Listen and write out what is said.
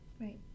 right